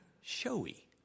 showy